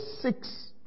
six